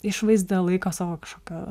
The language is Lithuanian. išvaizdą laiko savo šaka